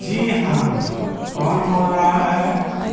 जी हाँ कौन बोल रहा है